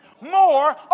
more